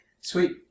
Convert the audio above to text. Sweet